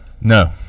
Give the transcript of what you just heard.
No